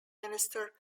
minister